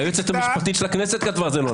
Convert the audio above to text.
היועצת המשפטית של הכנסת כתבה שזה לא נכון.